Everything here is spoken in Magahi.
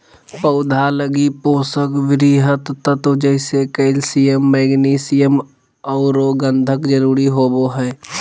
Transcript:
पौधा लगी पोषक वृहत तत्व जैसे कैल्सियम, मैग्नीशियम औरो गंधक जरुरी होबो हइ